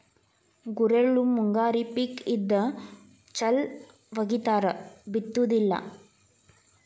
ಗುರೆಳ್ಳು ಮುಂಗಾರಿ ಪಿಕ್ ಇದ್ದ ಚಲ್ ವಗಿತಾರ ಬಿತ್ತುದಿಲ್ಲಾ